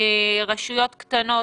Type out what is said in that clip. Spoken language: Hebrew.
רשויות קטנות